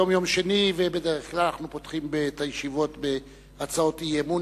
היום יום שני ובדרך כלל אנחנו פותחים את הישיבות בהצעות אי-אמון,